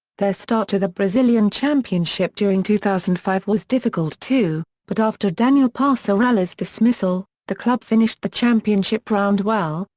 their start to the brazilian championship during two thousand and five was difficult, too, but after daniel passarella's dismissal, the club finished the championship round well,